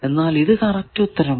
എന്നാൽ ഇത് കറക്റ്റ് ഉത്തരമാണ്